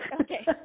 okay